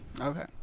Okay